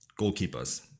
goalkeepers